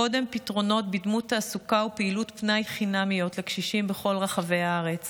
קידום פתרונות בדמות תעסוקה ופעילות פנאי חינמיות לקשישים בכל רחבי הארץ